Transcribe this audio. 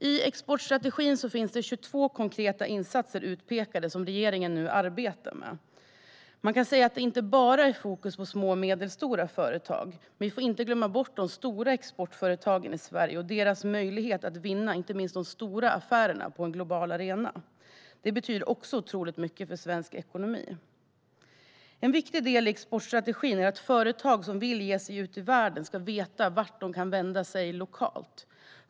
I exportstrategin finns det 22 konkreta insatser utpekade som regeringen nu arbetar med. Det är inte bara fokus på små och medelstora företag. Vi får inte glömma bort de stora exportföretagen i Sverige och deras möjlighet att vinna inte minst de stora affärerna på en global arena. Det betyder också mycket för svensk ekonomi. En viktig del i exportstrategin är att företag som vill ge sig ut i världen ska veta vart de kan vända sig lokalt.